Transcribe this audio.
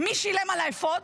מי שילם על האפוד?